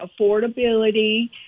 affordability